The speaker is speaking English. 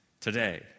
today